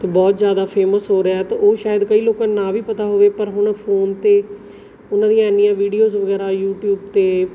ਅਤੇ ਬਹੁਤ ਜ਼ਿਆਦਾ ਫੇਮਸ ਹੋ ਰਿਹਾ ਅਤੇ ਉਹ ਸ਼ਾਇਦ ਕਈ ਲੋਕਾਂ ਨੂੰ ਨਾ ਵੀ ਪਤਾ ਹੋਵੇ ਪਰ ਹੁਣ ਫੋਨ 'ਤੇ ਉਹਨਾਂ ਦੀਆਂ ਇੰਨੀਆਂ ਵੀਡੀਓਜ਼ ਵਗੈਰਾ ਯੂਟੀਊਬ 'ਤੇ